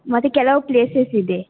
ಮತ್ತೆ ಕೆಲವು ಪ್ಲೇಸಸ್ ಇದೆ